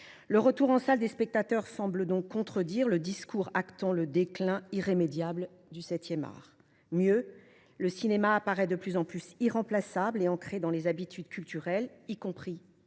Le retour en salle des spectateurs semble donc contredire le discours prédisant le déclin irrémédiable du septième art. Mieux, le cinéma apparaît de plus en plus irremplaçable et ancré dans les habitudes culturelles, y compris celles